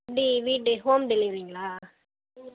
எப்படி வீடு ஹோம் டெலிவரிங்களா